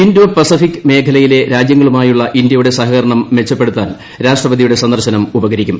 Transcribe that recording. Indo Pacific മേഖലയിലെ രാജ്യങ്ങളുമായുള്ള ഇന്ത്യയുടെ സഹകരണം മെച്ചപ്പെടുത്താൻ രാഷ്ട്രപതിയുടെ സന്ദർശനം ഉപകരിക്കും